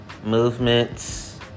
Movements